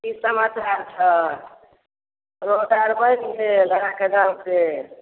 की समाचार छै रोड आर बनि गेल अहाँके गाँव फेर